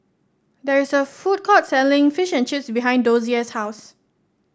there is a food court selling Fish and Chips behind Dozier's house